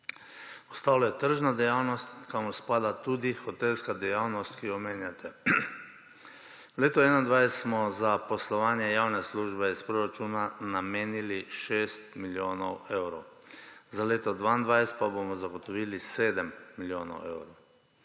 Ostalo je tržna dejavnost, kamor spada tudi hotelska dejavnost, ki jo omenjate. V letu 2021 smo za poslovanje javne službe iz proračuna namenili 6 milijonov evrov. Za leto 2022 pa bomo zagotovili 7 milijonov evrov.